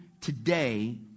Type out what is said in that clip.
today